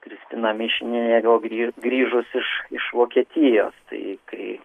kristina mišinienė o grį grįžus iš iš vokietijos tai kai